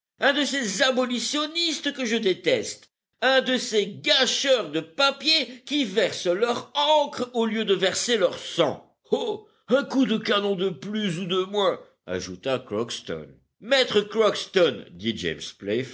un de ces abolitionnistes que je déteste un de ces gâcheurs de papier qui versent leur encre au lieu de verser leur sang oh un coup de canon de plus ou de moins ajouta crockston maître crockston dit